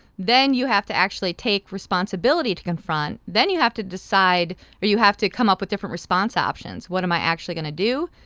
then, you have to actually take responsibility to confront. then, you have to decide or you have to come up with different response options. what am i actually going to do?